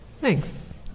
Thanks